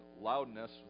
loudness